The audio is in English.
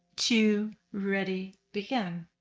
two, ready, begin.